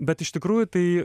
bet iš tikrųjų tai